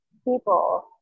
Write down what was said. people